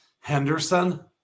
Henderson